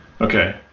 Okay